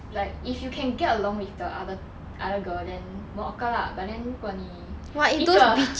like if you can get along with the other other girl then won't awkward lah but then 如果你一个